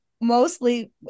mostly